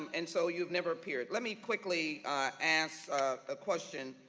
um and so you have never appeared, let me quickly ask a question,